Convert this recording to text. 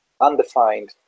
undefined